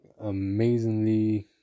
amazingly